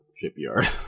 shipyard